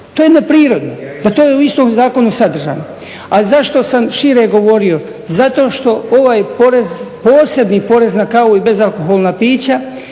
To je neprirodno da to je u istom zakonu sadržano. A zašto sam šire govorio? Zato što ovaj porez, posebni porez na kavu i bezalkoholna pića